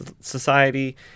Society